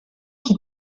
qui